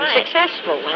successful